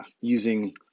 using